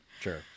sure